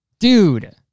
Dude